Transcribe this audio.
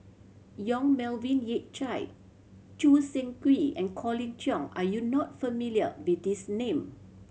Yong Melvin Yik Chye Choo Seng Quee and Colin Cheong are you not familiar with these name